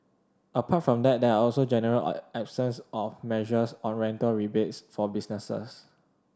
apart from that there also a general absence of measures on rental rebates for businesses